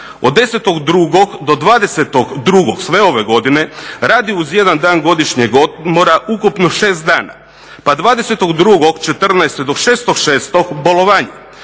od 10.2. do 20.2. sve ove godine radi uz jedan dan godišnjeg odmora ukupno 6 dana, pa 20.2.2014. do 6.6. bolovanje,